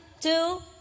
two